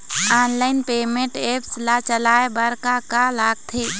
Online payment apps ला चलाए बार का का लगथे?